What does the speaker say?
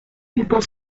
people